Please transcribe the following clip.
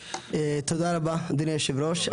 תודה רבה, אדוני יושב הראש.